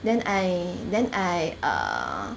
then I then I err